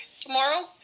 tomorrow